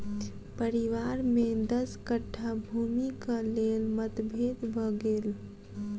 परिवार में दस कट्ठा भूमिक लेल मतभेद भ गेल